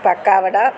pakkavada